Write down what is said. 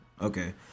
Okay